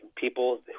people